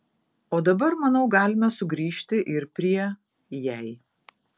o dabar manau galime sugrįžti ir prie jei